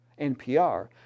NPR